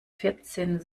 vierzehn